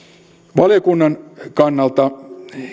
valiokunnan kannalta